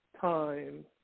time